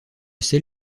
sel